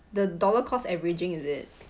the dollar cost averaging is it